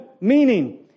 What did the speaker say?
Meaning